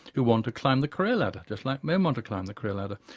who want to climb the career ladder, just like men want to climb the career ladder.